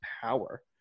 power